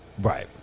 Right